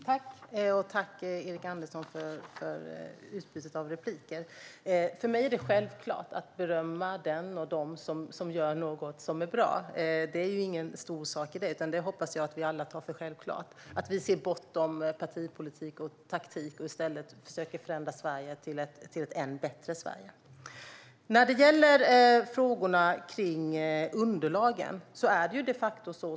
Herr talman! Tack, Erik Andersson, för utbytet av repliker! För mig är det självklart att berömma den och dem som gör något som är bra. Det är ingen stor sak, utan jag hoppas att vi alla tar för självklart att vi ser bortom partipolitik och taktik och i stället försöker förändra Sverige till ett än bättre Sverige.